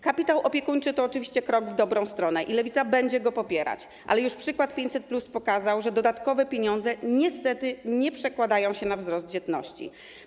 Kapitał opiekuńczy to oczywiście krok w dobrą stronę i Lewica będzie go popierać, ale już przykład 500+ pokazał, że dodatkowe pieniądze niestety nie przekładają się na wzrost dzietności.